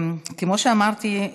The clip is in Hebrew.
כמו שאמרתי,